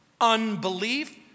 Unbelief